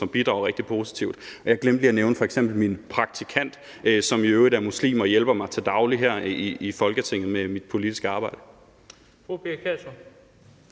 som bidrager rigtig positivt. Jeg glemte lige at nævne f.eks. min praktikant, som i øvrigt er muslim, og som hjælper mig til daglig her i Folketinget med mit politiske arbejde.